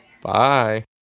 Bye